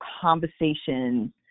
conversation